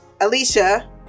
Alicia